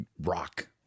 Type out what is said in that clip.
rock